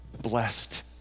blessed